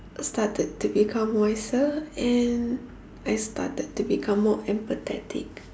started to become wiser and I started to become more empathetic